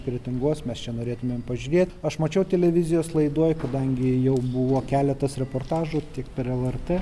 kretingos mes čia norėtumėm pažiūrėt aš mačiau televizijos laidoj kadangi jau buvo keletas reportažų tik per lrt